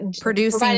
producing